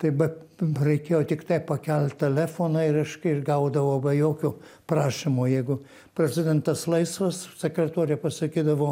tai bet reikėjo tiktai pakelt telefoną ir reiškia ir gaudavau be jokio prašymo jeigu prezidentas laisvas sekretorė pasakydavo